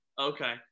Okay